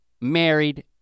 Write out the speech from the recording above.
married